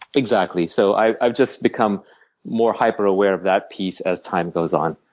exactly. so i've i've just become more hyper aware of that piece as time goes on.